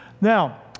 Now